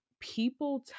People